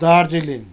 Darjeeling